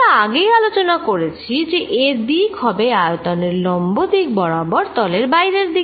আমরা আগেই আলোচনা করেছি যে এর দিক হবে আয়তনের লম্ব দিক বরাবর তলের বাইরের দিকে